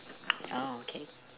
oh okay